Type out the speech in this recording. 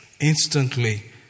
instantly